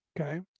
okay